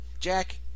Jack